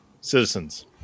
citizens